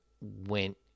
went